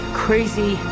crazy